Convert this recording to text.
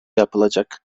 yapılacak